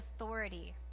authority